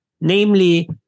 Namely